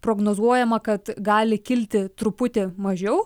prognozuojama kad gali kilti truputį mažiau